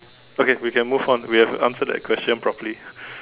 okay we can move on we have answered the question properly